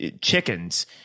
chickens